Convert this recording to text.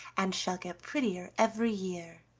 and shall get prettier every year.